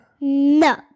No